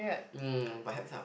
mm perhaps lah